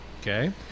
okay